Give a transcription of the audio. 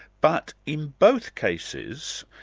but in both cases,